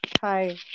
hi